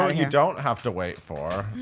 ah you don't have to wait for?